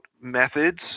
methods